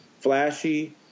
flashy